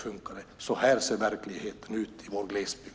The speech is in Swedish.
Sådan är alltså verkligheten i vår glesbygd.